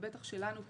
ובטח שלנו כרגולטורים.